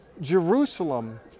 Jerusalem